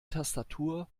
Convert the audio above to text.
tastatur